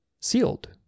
sealed